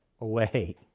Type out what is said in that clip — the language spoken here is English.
Away